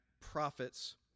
Prophets